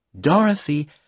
Dorothy